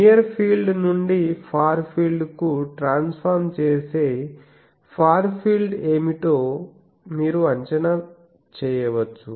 near field నుండి far field కు transform చేసి ఫార్ ఫీల్డ్ ఏమిటో మీరు అంచనా చేయవచ్చు